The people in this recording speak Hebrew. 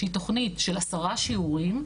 שהיא תכנית של עשרה שיעורים,